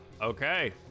okay